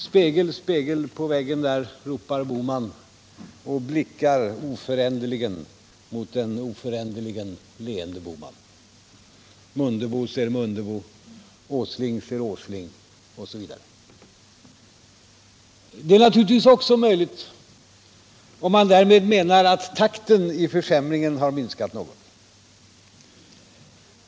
”Spegel, spegel på väggen där”, ropar Bohman och blickar oföränderligt mot den oföränderligt leende Bohman. Mundebo ser Mundebo, Åsling ser Åsling, osv. Det är naturligtvis också möjligt, om man därmed menar att takten i försämringen har minskat något.